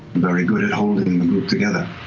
very good at holding the group together.